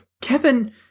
Kevin